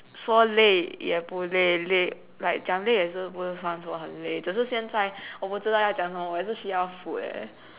说累也不累累 like 讲累也不是算说很累只是现在我不知道要讲什么我也是需要 food leh